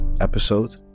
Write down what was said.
episode